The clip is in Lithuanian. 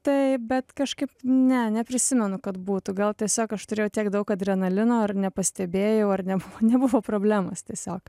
taip bet kažkaip ne neprisimenu kad būtų gal tiesiog aš turėjau tiek daug adrenalino ar nepastebėjau ar nebuvo nebuvo problemos tiesiog